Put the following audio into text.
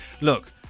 look